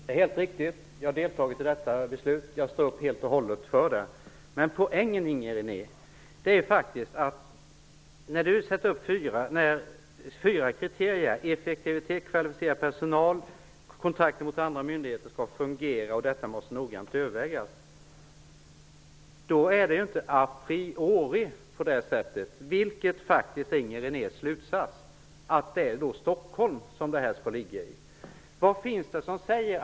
Herr talman! Det är riktigt att jag har deltagit i det beslut som Inger Reneé talar om, och jag står helt och hållet för det. Men poängen med dessa fyra kriterier -- effektivitet, möjlighet att rekrytera kvalificerad personal, fungerande kontakter med andra myndigheter och att noggranna överväganden måste göras -- är att det inte a priori är på det sättet, vilket faktiskt är Inger Renés slutsats, att lokaliseringsorten i det här fallet skall vara Stockholm.